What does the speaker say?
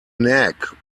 nag